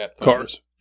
Cars